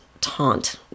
taunt